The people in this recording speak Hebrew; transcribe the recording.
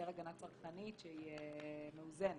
הגנה צרכנית שהיא מאוזנת.